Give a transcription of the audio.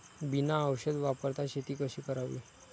बिना औषध वापरता शेती कशी करावी?